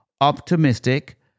optimistic